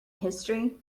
history